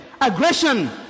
aggression